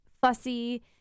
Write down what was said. fussy